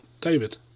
David